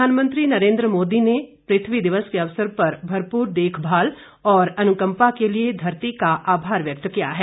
प्रधानमंत्री नरेंद्र मोदी ने पृथ्वी दिवस के अवसर पर भरपूर देखभाल और अनुकंपा के लिए धरती का आभार व्यक्त किया है